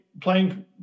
playing